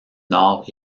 nord